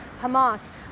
Hamas